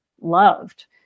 loved